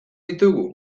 ditugu